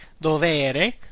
dovere